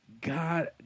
God